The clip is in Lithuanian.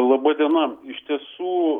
laba diena iš tiesų